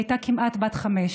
היא הייתה כמעט בת חמש.